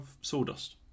sawdust